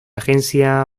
agencia